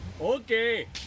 okay